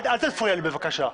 אל תפריע לי בבקשה.